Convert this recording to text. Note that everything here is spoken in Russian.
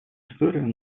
историю